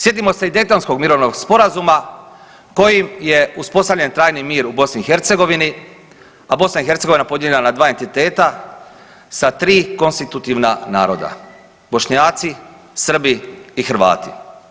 Sjetimo se i Daytonskog mirovnog sporazuma kojim je uspostavljen trajni mir u BiH, a BiH podijeljena na dva entiteta sa tri konstitutivna naroda, Bošnjaci, Srbi i Hrvati.